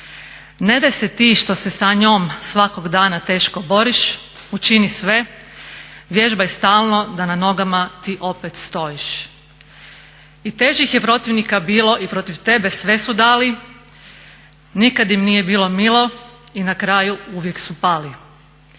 Ne daj se ti što se sa njom svakog dana teško boriš, učini sve, vježbaj stalno da na nogama ti opet stojiš. I težih je protivnika bilo i protiv tebe sve su dali, nikad im nije bilo milo i na kraju uvijek su pali.